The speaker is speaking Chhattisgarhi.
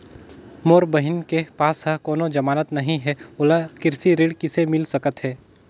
मोर बहिन के पास ह कोनो जमानत नहीं हे, ओला कृषि ऋण किसे मिल सकत हे?